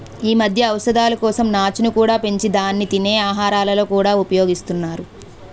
ఈ మధ్య ఔషధాల కోసం నాచును కూడా పెంచి దాన్ని తినే ఆహారాలలో కూడా ఉపయోగిస్తున్నారు